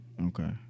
Okay